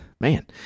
man